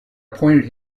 appointed